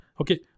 okay